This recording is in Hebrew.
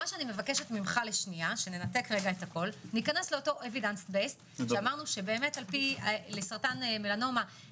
אני מבקשת שניכנס ל- evidence based שלסרטן מלנומה